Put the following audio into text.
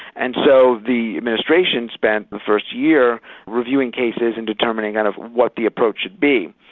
and so the administration spent the first year reviewing cases and determining kind of what the approach should be.